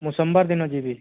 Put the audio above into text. ମୁଁ ସୋମବାର ଦିନ ଯିବି